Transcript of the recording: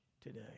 today